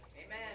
Amen